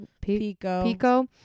Pico